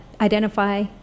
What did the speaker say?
identify